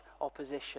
opposition